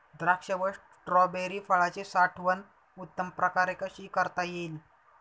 द्राक्ष व स्ट्रॉबेरी फळाची साठवण उत्तम प्रकारे कशी करता येईल?